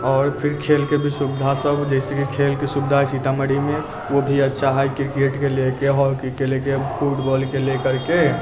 आओर फिर खेलके भी सुविधा सभ जैसे कि खेलके सुविधा सीतामढ़ीमे ओ भी अच्छा हइ क्रिकेटके लेके हॉकीके लेके फुटबॉलके लेकरके